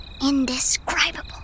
Indescribable